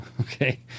Okay